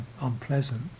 unpleasant